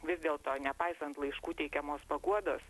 vis dėlto nepaisant laiškų teikiamos paguodos